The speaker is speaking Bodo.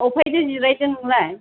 अबेहायथो जिरायदों नोंलाय